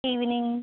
evening